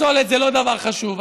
פסולת זה לא דבר חשוב,